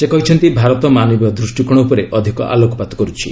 ସେ କହିଛନ୍ତି ଭାରତ ମାନବିୟ ଦୃଷ୍ଟିକୋଣ ଉପରେ ଅଧିକ ଆଲୋକପାତ କରୁଛି